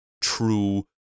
true